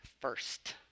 first